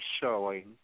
showing